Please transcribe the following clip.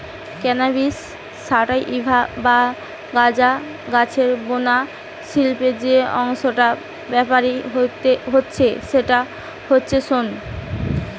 cannabis sativa বা গাঁজা গাছের বুনা শিল্পে যেই অংশটা ব্যাভার হচ্ছে সেইটা হচ্ছে শন